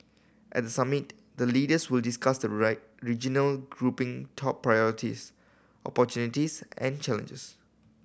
at the summit the leaders will discuss the regional grouping top priorities opportunities and challenges